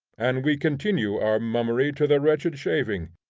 and we continue our mummery to the wretched shaving.